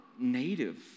native